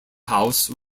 house